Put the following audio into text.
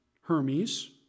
Hermes